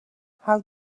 how